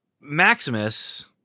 Maximus